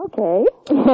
Okay